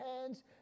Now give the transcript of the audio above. hands